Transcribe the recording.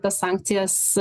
tas sankcijas